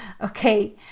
Okay